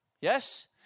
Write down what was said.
Yes